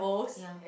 ya